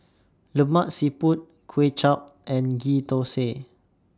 Lemak Siput Kway Chap and Ghee Thosai